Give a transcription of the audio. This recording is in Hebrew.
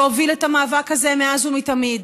שהוביל את המאבק הזה מאז ומתמיד.